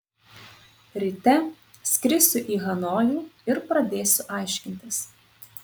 ryte skrisiu į hanojų ir pradėsiu aiškintis